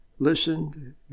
listened